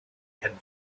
had